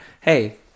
Hey